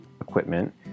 equipment